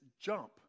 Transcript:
jump